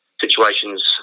Situations